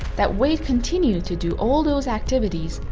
that wade continued to do all those activities,